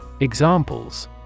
examples